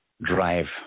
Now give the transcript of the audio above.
drive